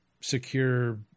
secure